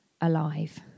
alive